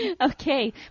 Okay